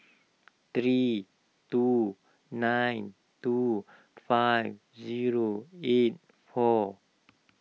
three two nine two five zero eight four